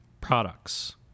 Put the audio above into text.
products